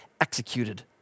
executed